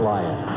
Lion